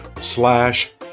slash